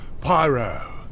Pyro